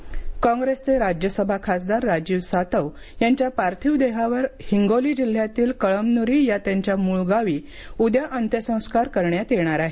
सातव अंत्यसंस्कार काँग्रेसचे राज्यसभा खासदार राजीव सातव यांच्या पार्थिव देहावर हिंगोली जिल्ह्यातील कळनमुरी या त्यांच्या मूळ गावी उद्या अंत्यसंस्कार करण्यात येणार आहेत